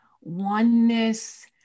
oneness